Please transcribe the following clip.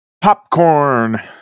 Popcorn